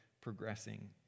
progressing